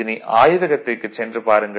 இதனை ஆய்வகத்திற்கு சென்று பாருங்கள்